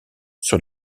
sur